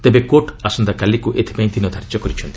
ତେବେ କୋର୍ଟ ଆସନ୍ତାକାଲିକୁ ଏଥିପାଇଁ ଦିନ ଧାର୍ଯ୍ୟ କରିଛନ୍ତି